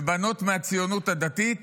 ובנות מהציונות הדתית